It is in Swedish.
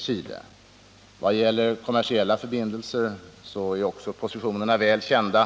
Också vad gäller kommersiella förbindelser är positionerna väl kända.